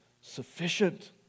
sufficient